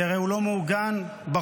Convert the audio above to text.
כי הרי הוא לא מעוגן בחוק,